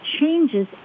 changes